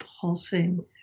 pulsing